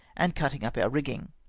and cutting up our rigging.